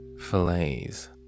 fillets